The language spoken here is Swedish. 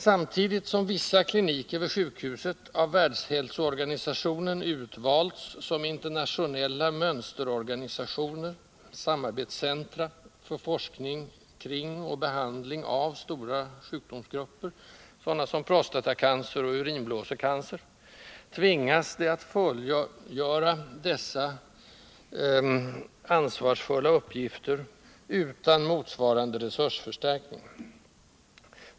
Samtidigt som vissa kliniker vid sjukhuset av Världshälsoorganisationen utvalts som internationella mönsterorganisationer — samarbetscentra — för forskning kring och behandling av stora sjukdomsgrupper, såsom prostatacancer och urinblåsecancer, tvingas de att fullgöra dessa ansvarsfulla uppgifter utan motsvarande resursförstärkning.